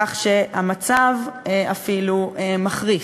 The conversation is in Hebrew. כך שהמצב אפילו מחריף.